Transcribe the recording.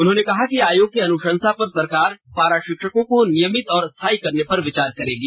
उन्होंने कहा कि आयोग के अनुषंसा पर सरकार पारा षिक्षकों को नियमित और स्थायी करने पर विचार करेगी